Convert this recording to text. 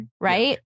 Right